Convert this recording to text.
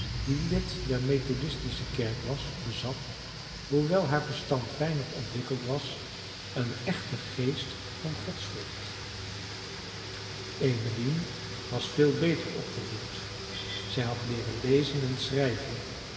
die lid der methodistische kerk was bezat hoewel haar verstand weinig ontwikkeld was een echten geest van godsvrucht emmeline was veel beter opgevoed zij had leeren lezen en schrijven